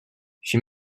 she